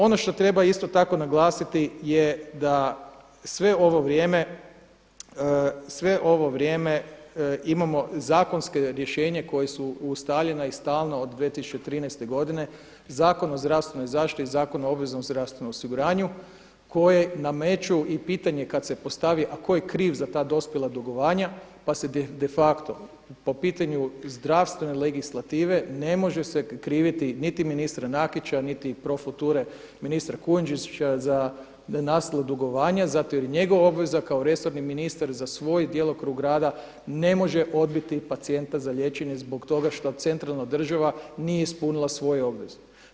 Ono što treba isto tako naglasiti je da sve ovo vrijeme imamo zakonsko rješenje koja su ustaljena i stalna od 2013. godine – Zakon o zdravstvenoj zaštiti, Zakon o obveznom zdravstvenom osiguranju koje nameću i pitanje kad se postavi, a tko je kriv za ta dospjela dugovanja pa se de facto po pitanju zdravstvene legislative ne može se kriviti niti ministra Nakića, niti pro future ministra Kujundžića za nastalo dugovanje zato jer njegova obveza kao resorni ministar za svoj djelokrug rada ne može odbiti pacijenta za liječenje zbog toga što centralna država nije ispunila svoje obveze.